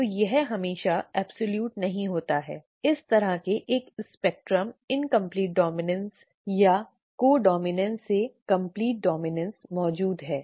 तो यह हमेशा पूर्ण नहीं होता है इस तरह के एक स्पेक्ट्रम इन्कॅम्प्लीट डॉम्इनॅन्स या कोडॉम्इनॅन्स से पूर्ण डॉम्इनॅन्स मौजूद है